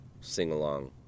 sing-along